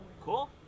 cool